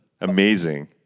Amazing